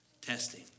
testing